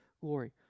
glory